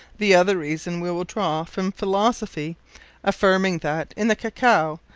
the other reason, we will draw from philosophy affirming that, in the cacao,